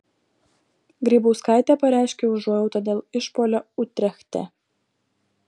grybauskaitė pareiškė užuojautą dėl išpuolio utrechte